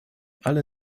alle